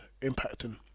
impacting